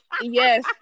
yes